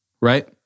right